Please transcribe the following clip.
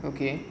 okay